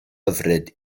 hyfryd